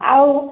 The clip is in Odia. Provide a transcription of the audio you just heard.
ଆଉ